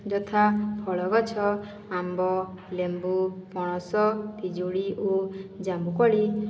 ଯଥା ଫଳ ଗଛ ଆମ୍ବ ଲେମ୍ବୁ ପଣସ ପିଜୁଳି ଓ ଜାମୁକୋଳି